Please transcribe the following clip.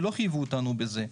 ולא חייבו אותנו בזה.